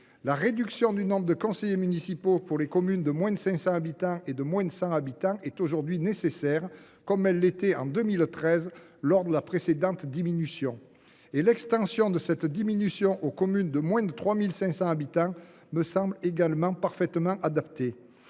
La réduction du nombre de conseillers municipaux dans les communes de moins de 500 habitants et de moins de 100 habitants est aujourd’hui nécessaire, comme elle l’était en 2013, lors de la précédente diminution. Et l’extension de cette diminution aux communes de moins de 3 500 habitants me semble également pertinente.